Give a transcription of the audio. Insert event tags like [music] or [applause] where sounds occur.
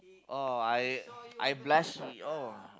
oh I [noise] I blushing oh